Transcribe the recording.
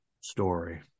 story